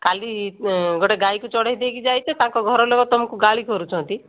କାଲି ଗୋଟେ ଗାଈକୁ ଚଢ଼ାଇ ଦେଇକି ଯାଇଛ ତାଙ୍କ ଘର ଲୋକ ତମକୁ ଗାଳି କରୁଛନ୍ତି